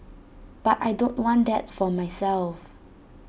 but I don't want that for myself